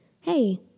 hey